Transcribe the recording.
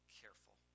careful